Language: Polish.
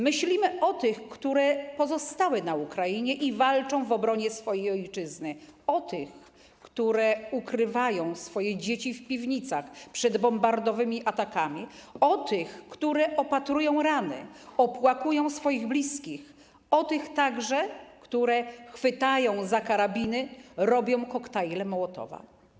Myślimy, o tych, które pozostały na Ukrainie i walczą w obronie swojej ojczyzny, o tych, które ukrywają swoje dzieci w piwnicach przed atakami bombowymi, o tych, które opatrują rany, opłakują swoich bliskich, o tych także, które chwytają za karabiny, robią koktajle Mołotowa.